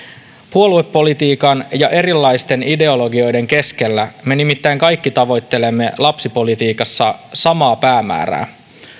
puoluepolitiikan ja erilaisten ideologioiden keskellä me nimittäin kaikki tavoittelemme lapsipolitiikassa samaa päämäärää